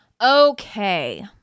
Okay